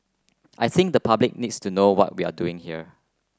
I think the public needs to know what we're doing here